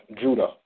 Judah